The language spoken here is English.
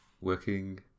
Working